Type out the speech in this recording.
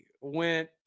went